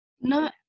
No